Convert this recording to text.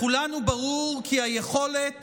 לכולנו ברור כי היכולת